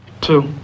Two